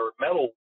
metal